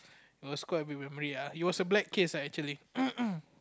it was quite a big memory ah it was a black case lah actually